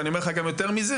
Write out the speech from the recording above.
אני אומר לך גם יותר מזה,